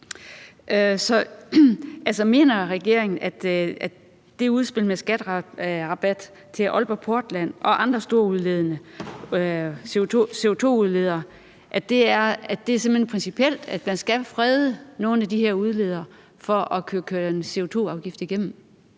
Så mener regeringen, at det udspil med skatterabat til Aalborg Portland og andre store CO2-udledere simpelt hen er principielt, altså at man skal frede nogle at de her udledere for at kunne køre en CO2-afgift igennem?